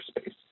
space